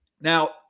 Now